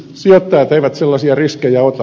sijoittajat eivät sellaisia riskejä ota